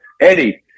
Eddie